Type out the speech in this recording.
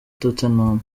tottenham